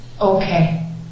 Okay